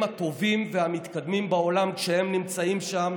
הטובים והמתקדמים בעולם כשהם נמצאים שם,